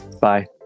Bye